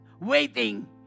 Waiting